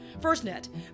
FirstNet